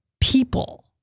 people